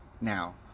now